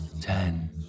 Ten